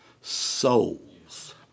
souls